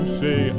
say